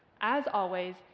as always,